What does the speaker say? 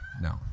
no